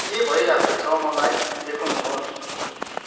के भइरहेको छ मलाई देखाउनु होस्